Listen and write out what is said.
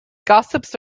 gossips